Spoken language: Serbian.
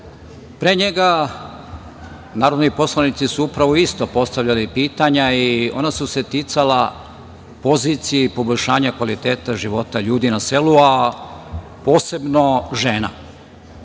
njega, narodni poslanici su upravo isto postavljali pitanja i ona su se ticala poziciji i poboljšanja kvaliteta života ljudi na selu, a posebno žena.